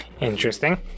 Interesting